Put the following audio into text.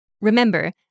Remember